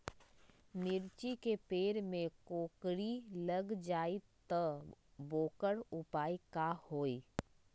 मिर्ची के पेड़ में कोकरी लग जाये त वोकर उपाय का होई?